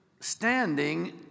standing